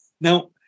Now